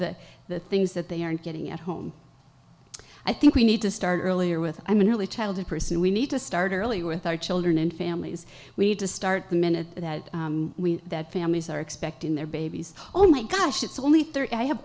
that the things that they aren't getting at home i think we need to start earlier with i mean really tell the person we need to start early with our children and families we need to start the minute that we that families are expecting their babies oh my gosh it's only